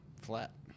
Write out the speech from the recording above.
Flat